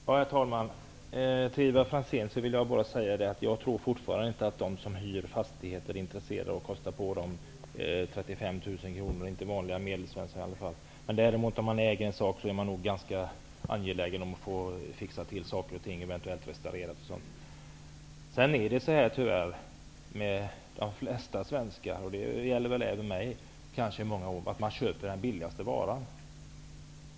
Herr talman! Till Ivar Franzén vill jag bara säga att jag fortfarande inte tror att de som hyr sin bostad är intresserade av att kosta på fastigheten 35 000 kr -- inte vanliga Medelsvensson i alla fall. Om man däremot äger en sak är man nog ganska angelägen om att fixa till och eventuellt restaurera. Tyvärr köper de flesta svenskar den billigaste varan. Det gäller väl även mig på många områden.